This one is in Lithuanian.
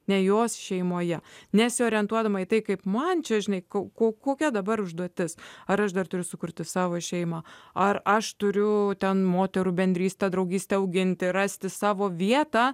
ne jos šeimoje nesiorientuodama į tai kaip man čia žinai ko ko kokia dabar užduotis ar aš dar turiu sukurti savo šeimą ar aš turiu ten moterų bendrystę draugystę auginti rasti savo vietą